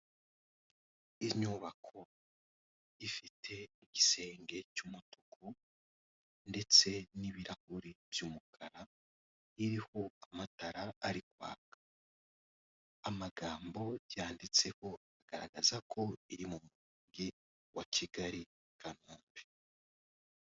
Inyubako ifite igisenge cy'umutuku ndetse n'ibirahuri by'umukara, iriho amatara ari kwaka. Amagambo yanditseho agaragaza ko iri mu mujyi wa Kigali, i Kanombe.